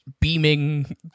beaming